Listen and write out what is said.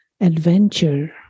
adventure